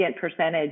percentage